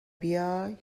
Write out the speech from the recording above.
بیای